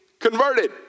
converted